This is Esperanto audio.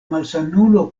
malsanulo